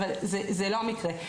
אבל זה לא המקרה.